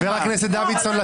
חברת הכנסת עאידה תומא סלימאן,